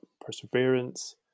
perseverance